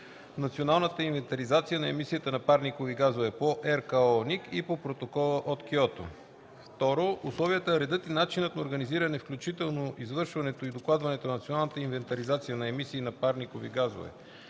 националната инвентаризация на емисиите на парникови газове по РКООНИК и по Протокола от Киото. (2) Условията, редът и начинът на организирането, включително извършването и докладването на националната инвентаризация на емисии на парникови газове